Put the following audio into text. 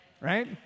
right